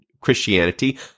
Christianity